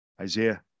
Isaiah